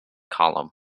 column